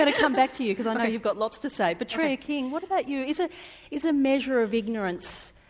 but come back to you because i know you've got lots to say. petrea king, what about you, is ah is a measure of ignorance,